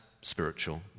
spiritual